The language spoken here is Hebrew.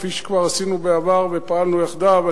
כפי שכבר עשינו בעבר ופעלנו יחדיו.